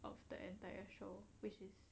of the entire show which is